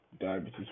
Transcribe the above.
diabetes